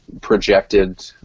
projected